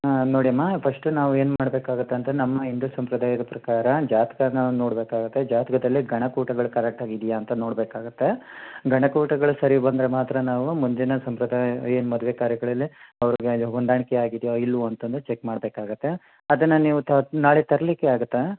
ಹಾಂ ನೋಡಿ ಅಮ್ಮ ಫಸ್ಟ್ ನಾವು ಏನು ಮಾಡಬೇಕಾಗತ್ತೆ ಅಂತ ನಮ್ಮ ಹಿಂದೂ ಸಂಪ್ರದಾಯದ ಪ್ರಕಾರ ಜಾತಕಾನ ನೋಡಬೇಕಾಗತ್ತೆ ಜಾತಕದಲ್ಲಿ ಗಣ ಕೂಟಗಳು ಕರೆಕ್ಟ್ ಆಗಿ ಇದೆಯಾ ಅಂತ ನೋಡಬೇಕಾಗತ್ತೆ ಗಣಕೂಟಗಳು ಸರಿ ಬಂದರೆ ಮಾತ್ರ ನಾವು ಮುಂದಿನ ಸಂಪ್ರದಾಯ ಏನು ಮದುವೆ ಕಾರ್ಯಗಳಲ್ಲಿ ಅವರಿಗೆ ಹೊಂದಾಣಿಕೆ ಆಗಿದೆಯಾ ಇಲ್ಲವಾ ಅಂತ ಚೆಕ್ ಮಾಡಬೇಕಾಗತ್ತೆ ಅದನ್ನು ನೀವು ತ ನಾಳೆ ತರಲಿಕ್ಕೆ ಆಗುತ್ತಾ